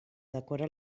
decora